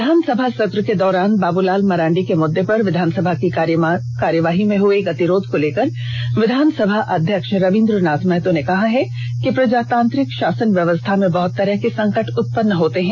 विधानसभा सत्र के दौरान बाब्लाल मरांडी के मुद्दे पर विधानसभा की कार्यवाही में हए गतिरोध को लेकर विधानसभा अध्यक्ष रवींद्रनाथ महतो ने कहा कि प्रजातांत्रिक शासन व्यवस्था में बहत तरह के संकट उत्पन्न होता है